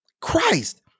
Christ